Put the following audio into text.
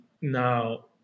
now